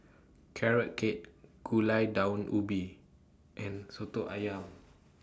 Carrot Cake Gulai Daun Ubi and Soto Ayam